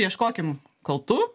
ieškokim kaltų